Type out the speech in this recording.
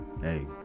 hey